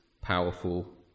powerful